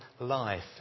life